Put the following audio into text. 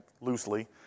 loosely